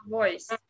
voice